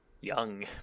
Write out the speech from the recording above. young